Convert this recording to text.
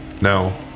no